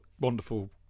wonderful